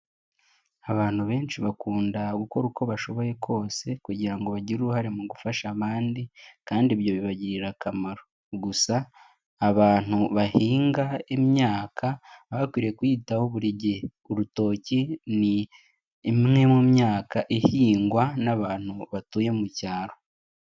Abantu benshi bakunda gukora uko bashoboye kose kugira ngo bagire uruhare mu gufasha abandi kandi ibyo bibagirira akamaro, gusa abantu bahinga imyaka bakwiriye kuyitaho buri gihe, urutoki ni imwe mu myaka ihingwa n'abantu batuye mu cyaro.